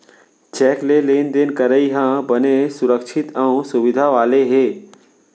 cheque ले लेन देन करई ह बने सुरक्छित अउ सुबिधा वाला हे